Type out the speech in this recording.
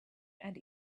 and